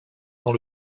dans